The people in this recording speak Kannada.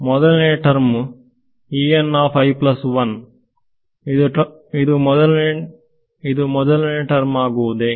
ಮೊದಲನೇ ಟರ್ಮ್ ಇದು ಮೊದಲನೇ ಟರ್ಮ್ ಆಗುವುದೇ